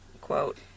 quote